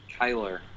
Kyler